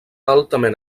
altament